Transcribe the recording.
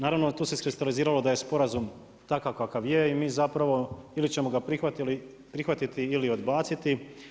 Naravno tu se iskristaliziralo da je sporazum takav kakav je i mi zapravo ili ćemo ga prihvatiti ili odbaciti.